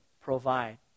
provide